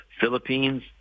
Philippines